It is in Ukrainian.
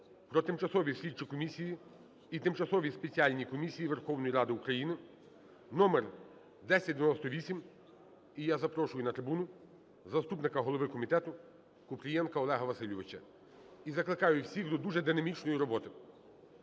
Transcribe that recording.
про тимчасові слідчі комісії і тимчасові спеціальні комісії Верховної Ради України (№ 1098). І я запрошую на трибуну заступника голови комітетуКупрієнка Олега Васильовича. І закликаю всіх до дуже динамічної роботи.